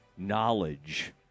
knowledge